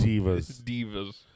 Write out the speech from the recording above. Divas